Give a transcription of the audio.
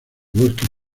bosques